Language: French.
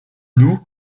nous